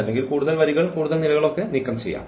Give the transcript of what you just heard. അല്ലെങ്കിൽ കൂടുതൽ വരികൾ കൂടുതൽ നിരകൾ നീക്കംചെയ്യാം